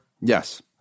Yes